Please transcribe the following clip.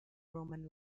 roman